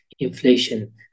inflation